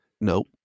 Nope